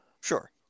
Sure